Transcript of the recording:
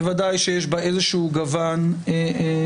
ודאי שיש בה גוון אלים,